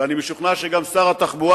ואני משוכנע שגם שר התחבורה,